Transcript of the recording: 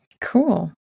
cool